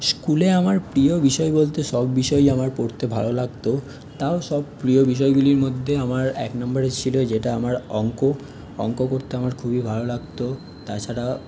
স্কুলে আমার প্রিয় বিষয় বলতে সব বিষয়ই আমার পড়তে ভালো লাগতো তাও সব প্রিয় বিষয়গুলির মধ্যে আমার এক নম্বরে ছিলো যেটা আমার অঙ্ক অঙ্ক করতে আমার খুবই ভালো লাগতো তাছাড়া